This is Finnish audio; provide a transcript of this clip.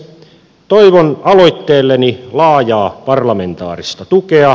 toivon aloitteelleni laajaa parlamentaarista tukea